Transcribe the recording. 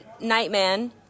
Nightman